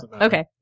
okay